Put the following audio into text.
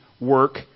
work